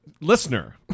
listener